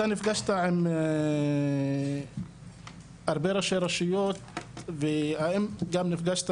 אתה נפגשת עם הרבה ראשי רשויות והאם גם נפגשת